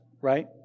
right